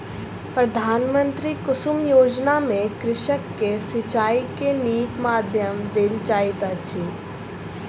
प्रधानमंत्री कुसुम योजना में कृषक के सिचाई के नीक माध्यम देल जाइत अछि